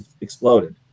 exploded